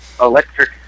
electric